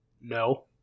No